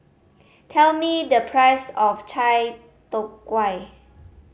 tell me the price of Chai Tow Kuay